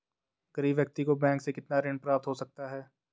गरीब व्यक्ति को बैंक से कितना ऋण प्राप्त हो सकता है?